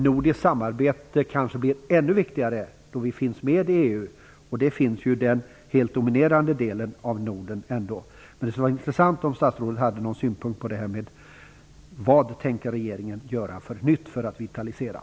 Nordiskt samarbete blir kanske ännu viktigare då vi finns med i EU, och där finns ju den helt dominerande delen av Norden med. Det skulle vara intressant att höra om statsrådet har någon synpunkt på det här. Vad nytt tänker alltså regeringen göra för att åstadkomma en vitalisering?